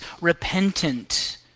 repentant